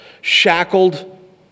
shackled